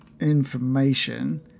information